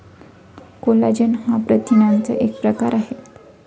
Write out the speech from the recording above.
collagen हा प्रथिनांचा एक प्रकार आहे